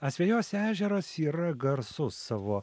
asvejos ežeras yra garsus savo